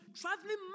traveling